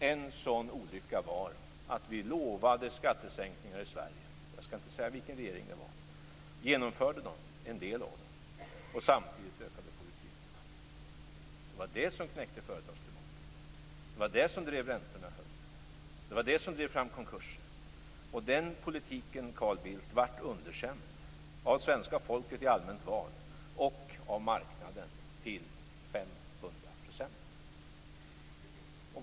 En sådan olycka var att vi lovade skattesänkningar i Sverige. Jag skall inte säga vilken regering det var. Vi genomförde en del av dem och ökade samtidigt utgifterna. Det var det som knäckte företagsklimatet. Det var det som drev räntorna i höjden. Det var det som drev fram konkurserna. Den politiken, Carl Bildt, blev underkänd av svenska folket i allmänt val och av marknaden till 500 %.